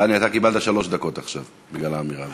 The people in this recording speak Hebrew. דני, אתה קיבלת שלוש דקות עכשיו בגלל האמירה הזאת.